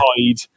hide